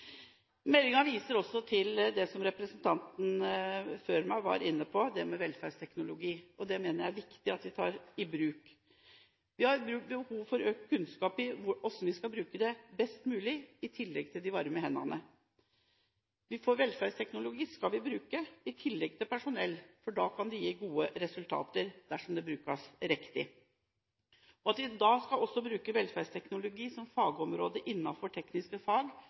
viser også til det representanten før meg var inne på, det med velferdsteknologi, og det mener jeg er viktig at vi tar i bruk. Vi har behov for økt kunnskap om hvordan vi skal bruke det best mulig, i tillegg til de varme hendene. Velferdsteknologi skal vi bruke, i tillegg til personell, for da kan det gi gode resultater – dersom det brukes riktig. At vi da også skal bruke velferdsteknologi som fagområde innenfor tekniske fag,